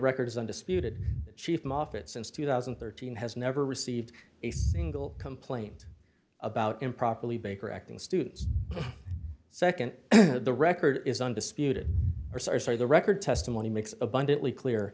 records undisputed chief moffitt since two thousand and thirteen has never received a single complaint about improperly baker acting students second the record is undisputed or sorry the record testimony makes abundantly clear